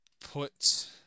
put